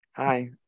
hi